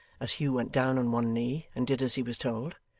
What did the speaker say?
as hugh went down on one knee, and did as he was told.